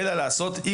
זה הנושא קודם כל.